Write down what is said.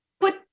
put